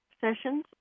sessions